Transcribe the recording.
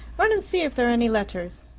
run and see if there are any letters.